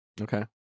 Okay